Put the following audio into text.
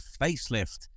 facelift